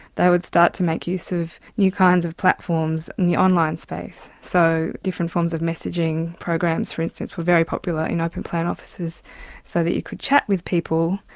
they would start to make use of new kinds of platforms in the online space. so different forms of messaging programs, for instance, were very popular in open plan offices so that you could chat with people,